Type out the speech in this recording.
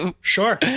sure